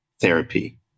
therapy